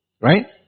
right